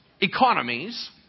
economies